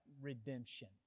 redemption